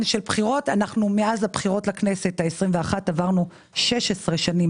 של בחירות מאז הבחירות לכנסת ה-21 עברנו 16 שנים.